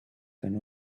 can